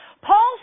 Paul